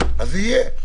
זה יהיה,